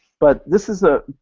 but this is a